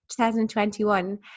2021